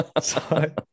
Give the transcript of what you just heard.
Sorry